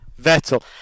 Vettel